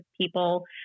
people